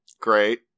Great